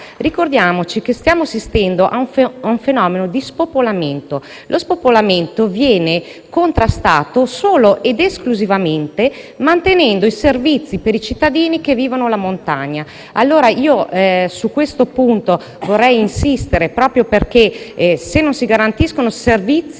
di spopolamento, che può essere contrastato solo ed esclusivamente mantenendo i servizi per i cittadini che vivono la montagna. Su questo punto vorrei insistere, proprio perché, se non si garantiscono i servizi ai territori non urbani, voglio capire come si può contrastare